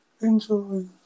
Enjoy